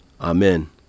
Amen